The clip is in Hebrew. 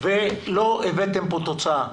ולא הבאתם פה תוצאה.